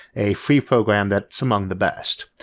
a free program that's among the best.